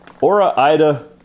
Aura-Ida